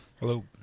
Hello